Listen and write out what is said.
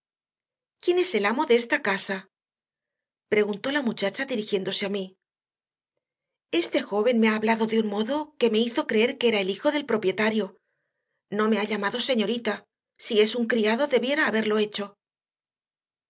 quién es el amo de la casa preguntó la muchacha dirigiéndose a mí este joven me ha hablado de un modo que me hizo creer que era el hijo del propietario no me ha llamado señorita si es un criado debiera haberlo hecho